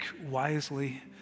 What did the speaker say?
wisely